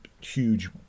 huge